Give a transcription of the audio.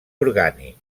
orgànic